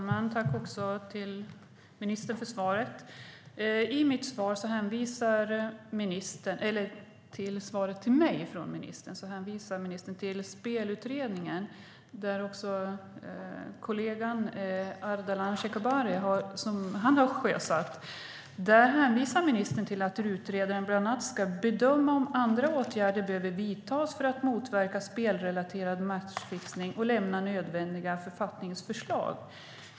Fru talman! I sitt svar till mig hänvisar ministern till den spelutredning som ministerns kollega Ardalan Shekarabi har sjösatt. Ministern hänvisar till att utredaren bland annat ska "bedöma om andra åtgärder behöver vidtas för att motverka spelrelaterad matchfixning och lämna nödvändiga författningsförslag".